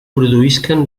produïsquen